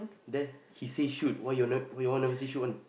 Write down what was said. there he say shoot why you're why you all never say shoot one